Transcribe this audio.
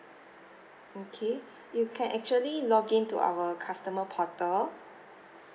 okay you can actually login to our customer portal